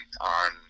on